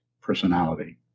personality